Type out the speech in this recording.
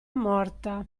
morta